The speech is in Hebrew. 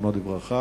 זיכרונו לברכה.